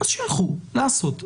שילכו לעשות בדיקה.